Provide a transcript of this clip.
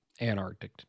Antarctic